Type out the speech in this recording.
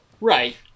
Right